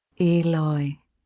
eloi